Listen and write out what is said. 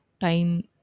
time